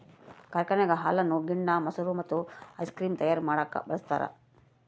ಕಾರ್ಖಾನೆಗ ಹಾಲನ್ನು ಗಿಣ್ಣ, ಮೊಸರು ಮತ್ತೆ ಐಸ್ ಕ್ರೀಮ್ ತಯಾರ ಮಾಡಕ ಬಳಸ್ತಾರ